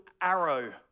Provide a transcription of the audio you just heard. arrow